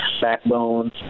Backbone